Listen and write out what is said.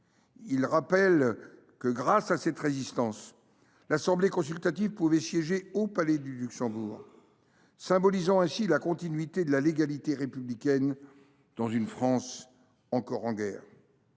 Il rappela que, grâce à la Résistance, l’Assemblée consultative provisoire pouvait siéger au Palais du Luxembourg, symbolisant ainsi la continuité de la légalité républicaine dans une France encore en guerre.